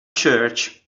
church